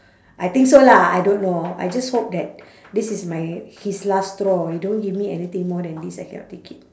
I think so lah I don't know I just hope that this is my his last straw don't give me anything more than this I cannot take it